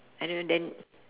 I don't then